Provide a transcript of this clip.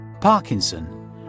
Parkinson